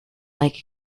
like